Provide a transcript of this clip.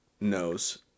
knows